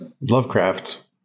Lovecraft